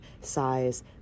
size